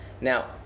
Now